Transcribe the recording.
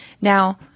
Now